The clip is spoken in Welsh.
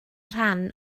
rhan